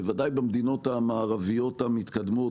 בוודאי במדינות המערביות המתקדמות,